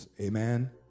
Amen